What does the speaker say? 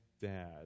dad